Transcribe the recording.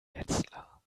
wetzlar